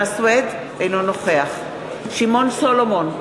אינו נוכח שמעון סולומון,